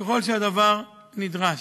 ככל שהדבר נדרש.